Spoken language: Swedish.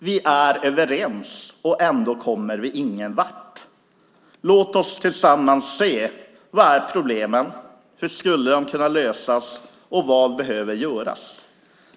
Vi är överens och kommer ändå ingen vart. Låt oss tillsammans se: Vad är problemen? Hur skulle de kunna lösas? Vad behöver göras?